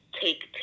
take